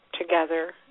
together